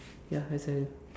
ya that's why